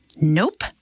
nope